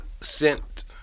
sent